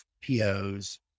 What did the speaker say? POs